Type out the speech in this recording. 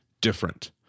different